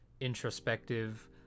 introspective